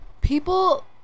people